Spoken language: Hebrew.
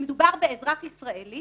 כשמדובר באזרח ישראלי